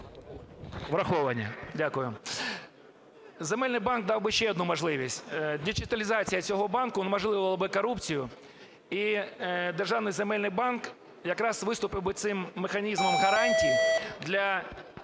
враховані. Дякую. Земельний банк дав би ще одну можливість, діджиталізація цього банку унеможливило би корупцію. І державний земельний банк якраз виступив цим механізмом гарантій для